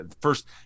first